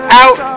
out